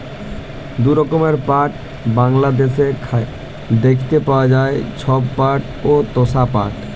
দু রকমের পাট বাংলাদ্যাশে দ্যাইখতে পাউয়া যায়, ধব পাট অ তসা পাট